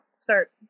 start